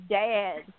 dad